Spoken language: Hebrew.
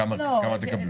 כמה תקבלו.